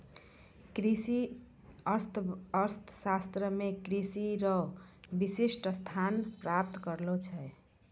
कृषि अर्थशास्त्र मे कृषि रो विशिष्ट स्थान प्राप्त करलो छै